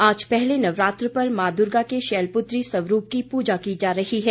आज पहले नवरात्र पर मां दुर्गा के शैल पुत्री स्वरूप की पूजा की जा रही है